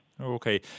Okay